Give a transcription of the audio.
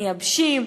מייבשים,